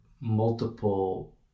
multiple